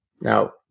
Now